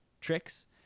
tricks